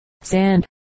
sand